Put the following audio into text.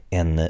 en